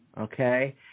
okay